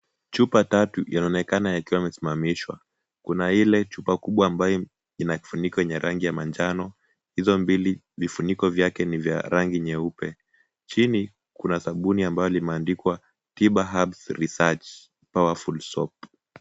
Chupa tatu yanaonekana yakiwa yamesimamishwa. Kuna ile chupa kubwa ambayo inakifuniko yenye rangi ya manjano, hizo mbili vifuniko vyake ni vya rangi nyeupe. Chini kuna sabuni ambayo limeandikwa Tiba Herbs Research Powerful Soap .